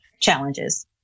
challenges